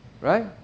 Right